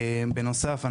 בנוסף,